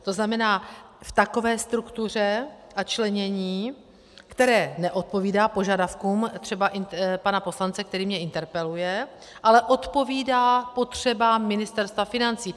To znamená, v takové struktuře a členění, které neodpovídá požadavkům třeba pana poslance, který mě interpeluje, ale odpovídá potřebám Ministerstva financí.